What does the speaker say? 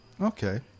Okay